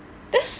this